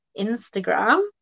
Instagram